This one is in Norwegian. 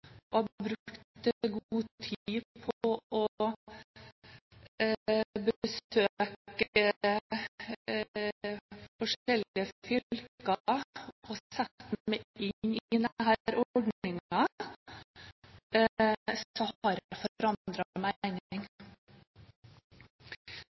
god tid på å besøke forskjellige fylker og sette meg inn i denne ordningen, har jeg forandret